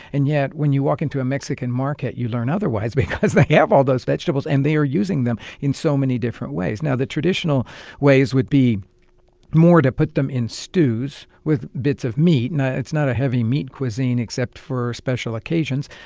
and yet when you walk into a mexican market, you learn otherwise because they have all those vegetables and they are using them in so many different ways the traditional ways would be more to put them in stews with bits of meats. and it's not a heavy meat cuisine except for special occasions.